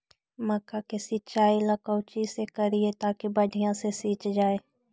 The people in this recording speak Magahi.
मक्का के सिंचाई ला कोची से करिए ताकी बढ़िया से सींच जाय?